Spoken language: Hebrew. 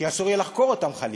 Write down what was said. כי אסור יהיה לחקור אותם חלילה.